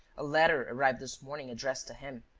a letter arrived this morning addressed to him.